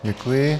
Děkuji.